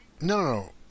no